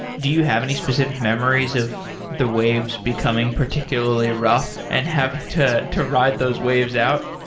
do you have any specific memories of the waves becoming particularly rough and having to to ride those waves out?